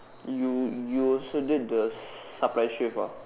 you you also did the s~ supply shift ah